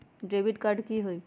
Debit card की होई?